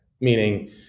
meaning